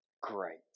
great